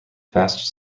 fast